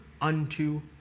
Unto